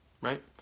right